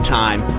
time